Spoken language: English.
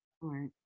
right